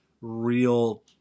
real